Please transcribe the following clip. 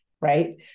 right